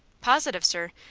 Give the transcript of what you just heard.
positive, sir.